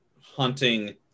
hunting